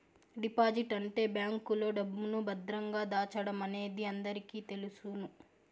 deposit అంటే బ్యాంకులో డబ్బును భద్రంగా దాచడమనేది అందరికీ తెలుసును